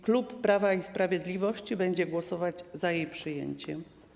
Klub Prawa i Sprawiedliwości będzie głosować za jej przyjęciem.